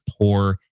poor